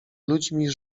ludźmi